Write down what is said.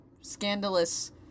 scandalous